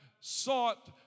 sought